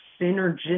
synergistic